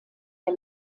der